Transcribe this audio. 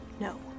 No